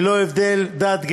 ללא הבדל דת,